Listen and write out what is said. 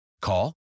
Call